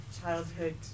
childhood